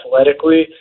athletically